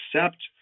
accept